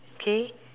okay